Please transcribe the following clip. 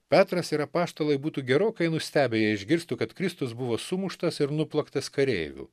petras ir apaštalai būtų gerokai nustebę jei išgirstų kad kristus buvo sumuštas ir nuplaktas kareivių